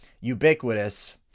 ubiquitous